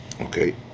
Okay